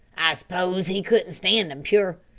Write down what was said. i s'pose he couldn't stand em pure.